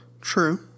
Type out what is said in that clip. True